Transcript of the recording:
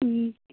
जी